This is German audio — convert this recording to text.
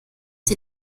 die